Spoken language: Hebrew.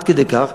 עד כדי כך,